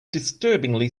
disturbingly